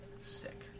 Sick